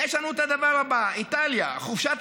יש לנו את הדבר הבא: באיטליה חופשת